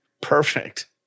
Perfect